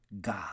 God